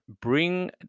bring